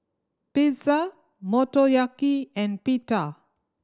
Pizza Motoyaki and Pita